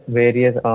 various